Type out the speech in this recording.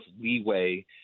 leeway